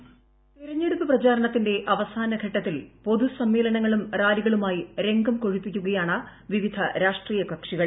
voice തെരഞ്ഞെടുപ്പ് പ്രചാരണത്തിന്റെ അവസാന ഘട്ടത്തിൽ പൊതു സമ്മേളനങ്ങളും റാലികളുമായി രംഗം കൊഴുപ്പിക്കുകയാണ് വിവിധ രാഷ്ട്രീയ കക്ഷികൾ